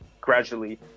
gradually